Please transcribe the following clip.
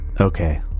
Okay